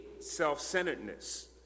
self-centeredness